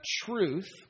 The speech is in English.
truth